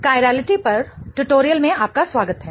chirality पर tutorial में आपका स्वागत है